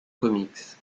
comics